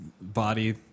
body